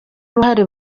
uruhare